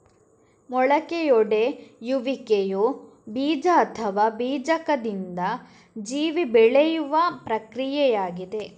ಮೊಳಕೆಯೊಡೆಯುವಿಕೆಯು ಬೀಜ ಅಥವಾ ಬೀಜಕದಿಂದ ಜೀವಿ ಬೆಳೆಯುವ ಪ್ರಕ್ರಿಯೆಯಾಗಿದೆ